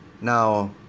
Now